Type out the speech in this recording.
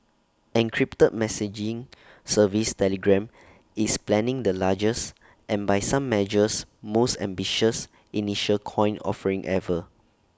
encrypted messaging service Telegram is planning the largest and by some measures most ambitious initial coin offering ever